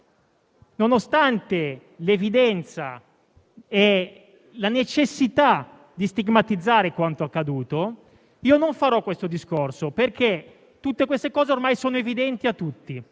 nonostante l'evidenza e la necessità di stigmatizzare quanto accaduto, non farò questo discorso, perché tutte queste cose ormai sono evidenti a tutti: